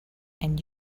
and